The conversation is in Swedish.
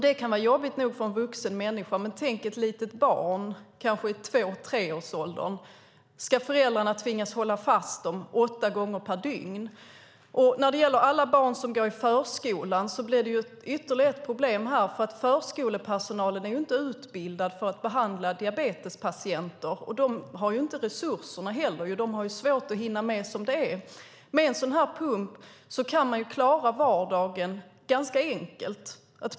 Det kan vara jobbigt nog för en vuxen människa, men tänk på hur det skulle vara för ett litet barn i två till treårsåldern. Ska föräldrarna tvingas hålla fast dem åtta gånger per dygn? Det blir ytterligare ett problem när det gäller alla barn som går i förskolan. Förskolepersonalen är inte utbildad för att behandla diabetespatienter. De har inte heller resurser till detta. De har svårt att hinna med som det är. Med en sådan här pump kan man klara vardagen ganska enkelt.